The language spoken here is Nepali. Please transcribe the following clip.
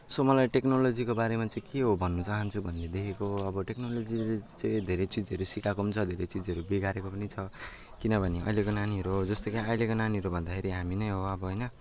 सो मलाई टेक्नोलोजीको बारेमा चाहिँ के हो भन्न चाहन्छु भनेदेखिको अब टेक्नोलोजीले चाहिँ धेरै चिजहरू सिकाएको पनि छ धेरै चिजहरू बिगारेको पनि छ किनभने अहिलेको नानीहरू हो जस्तो कि अहिलेको नानीहरू भन्दाखेरि हामी नै हो अब होइन